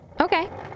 Okay